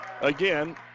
again